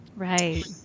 Right